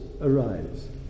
arise